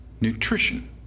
nutrition